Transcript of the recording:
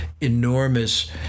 enormous